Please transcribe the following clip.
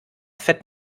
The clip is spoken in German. fett